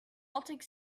baltic